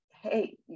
hey